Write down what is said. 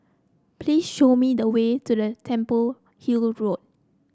please show me the way to the Temple Hill Road